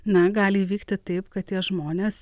na gali įvykti taip kad tie žmonės